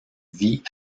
vit